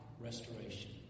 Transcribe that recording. restoration